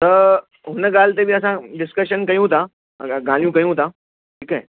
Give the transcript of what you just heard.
त हुन ॻाल्हि ते बि असां डिस्कशन कयूं था अॻियां ॻाल्हियूं कयूं था ठीकु आहे